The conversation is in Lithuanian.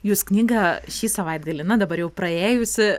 jūs knygą šį savaitgalį na dabar jau praėjusį